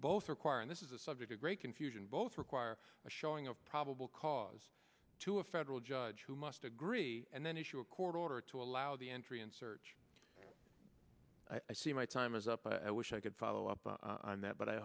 both require and this is a subject of great confusion both require a showing of probable cause to a federal judge who must agree and then issue a court order to allow the entry and search i see my time is up i wish i could follow up on that but i